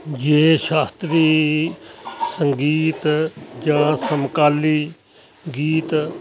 ਜੇ ਸ਼ਾਸਤਰੀ ਸੰਗੀਤ ਜਾਂ ਸਮਕਾਲੀ ਗੀਤ